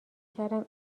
کردم